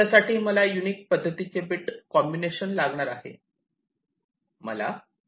त्यासाठी मला युनिक पद्धतीचे बीट कॉम्बिनेशन लागणार आहे